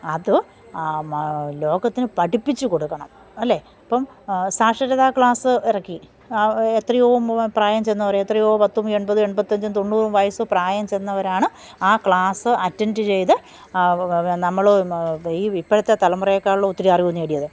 അത് മ ലോകത്തിന് പഠിപ്പിച്ചുകൊടുക്കണം അല്ലെങ്കില് ഇപ്പോള് സാക്ഷരതാ ക്ലാസ് ഇറക്കി എത്രയോ മ പ്രായം ചെന്നവര് എത്രയോ പത്തും എൺപതും എൺപത്തിയഞ്ചും തൊണ്ണൂറും വയസ്സ് പ്രായം ചെന്നവരാണ് ആ ക്ലാസ്സ് അറ്റൻറ്റ് ചെയ്ത് നമ്മള് ഈ ഇപ്പോഴത്തെ തലമുറയെക്കാളും ഒത്തിരിയറിവ് നേടിയത്